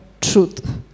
truth